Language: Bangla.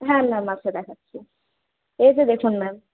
হ্যাঁ ম্যাম আচ্ছা দেখাচ্ছি এই যে দেখুন ম্যাম